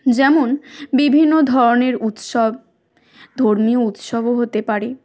যেমন বিভিন্ন ধরনের উৎসব ধর্মীয় উৎসবও হতে পারে